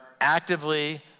actively